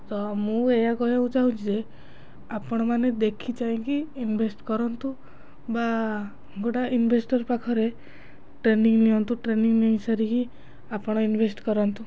ତ ମୁଁ ଏହା କହିବାକୁ ଚାହୁଁଛି ଯେ ଆପଣମାନେ ଦେଖି ଚାହିଁକି ଇନଭେଷ୍ଟ୍ କରନ୍ତୁ ବା ଗୋଟେ ଇନଭେଷ୍ଟର୍ ପାଖରେ ଟ୍ରେନିଂ ନିଅନ୍ତୁ ଟ୍ରେନିଂ ନେଇ ସାରିକି ଆପଣ ଇନଭେଷ୍ଟ୍ କରନ୍ତୁ